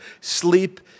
sleep